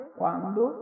quando